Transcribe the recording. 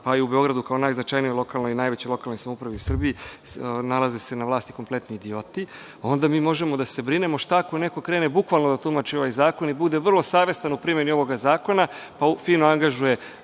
pa i u Beogradu, kao u najznačajnijoj i najvećoj lokalnoj samoupravi u Srbiji, nalaze se na vlasti kompletni idioti, onda možemo da se brinemo šta ako neko krene bukvalno da tumači ovaj zakon i bude vrlo savestan u primeni ovog zakona, pa angažuje